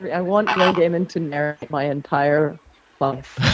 i want neil gaiman to narrate my entire life.